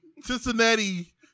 Cincinnati